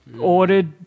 ordered